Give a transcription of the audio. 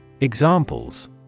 Examples